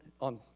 on